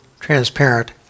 transparent